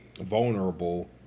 vulnerable